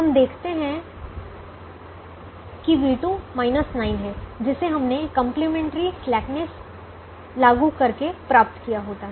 हम देखते है कि v2 9 है जिसे हमने कंप्लीमेंट्री स्लैकनेस लागू करके प्राप्त किया होता